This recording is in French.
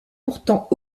pourtant